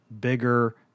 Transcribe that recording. bigger